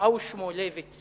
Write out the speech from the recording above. שמאלוב-ברקוביץ